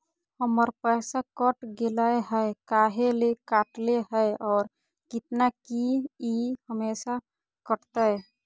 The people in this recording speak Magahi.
हमर पैसा कट गेलै हैं, काहे ले काटले है और कितना, की ई हमेसा कटतय?